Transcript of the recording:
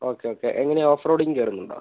okay okay എങ്ങനെയാണ് off roading കയറുന്നുണ്ടോ